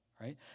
right